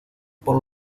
por